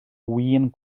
win